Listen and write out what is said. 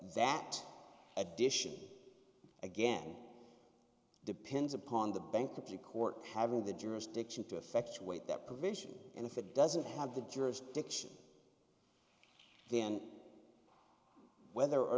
that addition again depends upon the bankruptcy court having the jurisdiction to effectuate that provision and if it doesn't have the jurisdiction then whether or